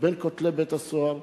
בין כותלי בית-הסוהר,